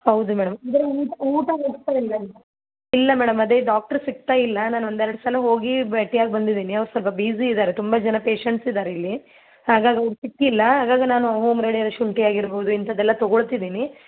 ಹೌದು ಮೇಡಮ್ ಬರಿ ಊಟ ಊಟ ಹೋಗ್ತಾ ಇಲ್ಲ ಇಲ್ಲ ಮೇಡಮ್ ಆದೇ ಡಾಕ್ಟ್ರ್ ಸಿಕ್ತಾ ಇಲ್ಲ ನಾನು ಒಂದೆರ್ಡು ಸಲ ಹೋಗಿ ಭೇಟಿಯಾಗಿ ಬಂದಿದ್ದೀನಿ ಅವ್ರು ಸ್ವಲ್ಪ ಬ್ಯುಸಿ ಇದ್ದಾರೆ ತುಂಬಾ ಜನ ಪೇಷಂಟ್ಸ್ ಇದ್ದಾರೆ ಇಲ್ಲಿ ಹಾಗಾಗಿ ಅವ್ರು ಸಿಕ್ತಿಲ್ಲ ಹಾಗಾಗಿ ಹೋಮ್ ರೆಮಿಡಿ ಶುಂಠಿ ಆಗಿರ್ಬೋದು ಇಂತದ್ದೆಲ್ಲ ತಗೋಳ್ತಿದ್ದೀನಿ